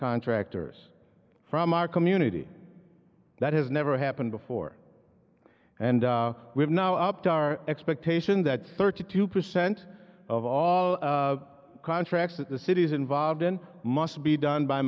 contractors from our community that has never happened before and we've now upped our expectation that thirty two percent of all contracts that the city's involved in must be done by